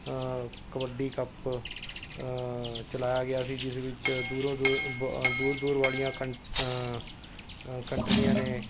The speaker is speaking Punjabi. ਕਬੱਡੀ ਕੱਪ ਚਲਾਇਆ ਗਿਆ ਸੀ ਜਿਸ ਵਿੱਚ ਦੂਰੋਂ ਦੂਰੋਂ ਅ ਬ ਦੂਰ ਦੂਰ ਵਾਲੀਆਂ ਕੰਨਟ ਕੰਨਟਰੀਆਂ ਨੇ